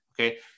okay